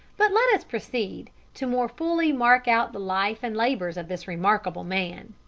but let us proceed to more fully mark out the life and labors of this remarkable man.